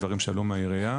הם דברים שעלו מהעירייה.